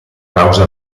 causa